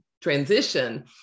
transition